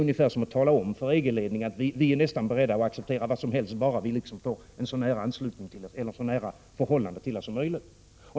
Det är att tala om för EG-ledningen att vi är beredda att acceptera nästan vad som helst bara vi får ett så nära förhållande till EG som möjligt.